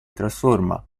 trasforma